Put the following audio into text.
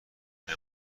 بهم